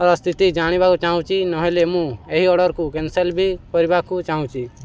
ସ୍ଥିତି ଜାଣିବାକୁ ଚାହୁଁଛି ନହେଲେ ମୁଁ ଏହି ଅର୍ଡ଼ରକୁ କ୍ୟାନସେଲ୍ ବି କରିବାକୁ ଚାହୁଁଛି